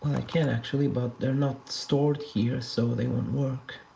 can, actually, but they're not stored here, so they won't work.